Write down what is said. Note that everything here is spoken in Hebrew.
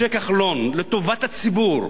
משה כחלון לטובת הציבור